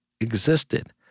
existed